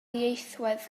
ieithwedd